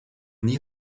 nie